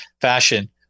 fashion